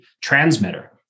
transmitter